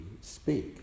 speak